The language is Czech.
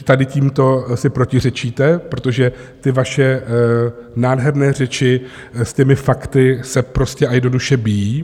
Tady tímto si protiřečíte, protože ty vaše nádherné řeči se s těmi fakty prostě a jednoduše bijí.